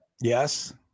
Yes